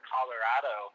Colorado